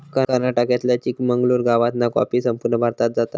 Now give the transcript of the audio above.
कर्नाटकातल्या चिकमंगलूर गावातना कॉफी संपूर्ण भारतात जाता